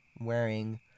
wearing